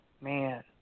man